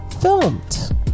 filmed